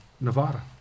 Nevada